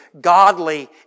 godly